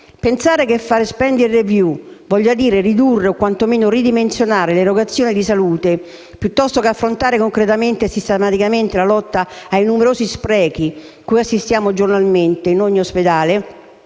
Pensare che fare *spending review* voglia dire ridurre o quantomeno ridimensionare l'erogazione di salute, piuttosto che affrontare concretamente e sistematicamente la lotta ai numerosi sprechi cui assistiamo giornalmente in ogni ospedale